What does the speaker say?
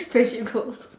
friendship goals